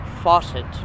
faucet